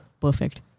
perfect